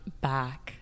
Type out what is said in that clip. back